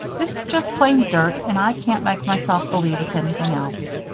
this is just plain dirt and i can't make myself believe it's anything else.